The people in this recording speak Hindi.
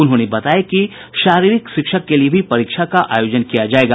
उन्होंने बताया कि शारीरिक शिक्षक के लिए भी परीक्षा का आयोजन किया जाएगा